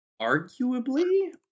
arguably